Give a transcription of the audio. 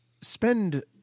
spend